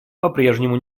попрежнему